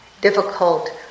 difficult